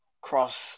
cross